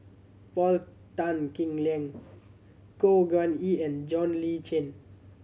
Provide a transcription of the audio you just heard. Paul Tan Kim Liang Khor Ean Ghee and John Le Cain